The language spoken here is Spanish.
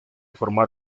formar